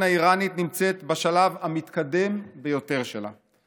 האיראנית נמצאת בשלב המתקדם ביותר שלה.